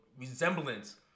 Resemblance